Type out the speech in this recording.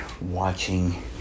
watching